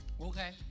Okay